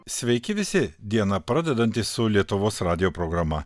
sveiki visi dieną pradedantys su lietuvos radijo programa